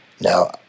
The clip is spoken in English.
Now